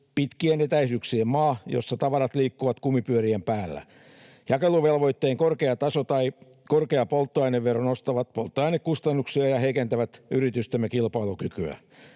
pitkien etäisyyksien maa, jossa tavarat liikkuvat kumipyörien päällä. Jakeluvelvoitteen korkea taso ja korkea polttoainevero nostavat polttoainekustannuksia ja heikentävät yritystemme kilpailukykyä.